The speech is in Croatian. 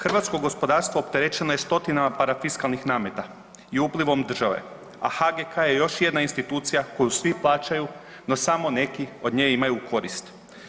Hrvatsko gospodarstvo opterećeno je stotinama parafiskalnih nameta i uplivom države, a HGK je još jedna institucija koju svi plaćaju no samo neki od nje imaju korist.